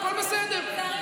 הכול בסדר.